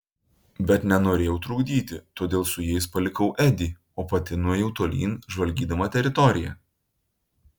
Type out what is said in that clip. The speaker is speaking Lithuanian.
bet nenorėjau trukdyti todėl su jais palikau edį o pati nuėjau tolyn žvalgydama teritoriją